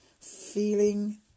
feeling